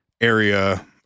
area